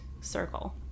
circle